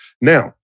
Now